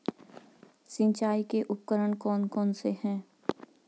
सिंचाई के उपकरण कौन कौन से हैं?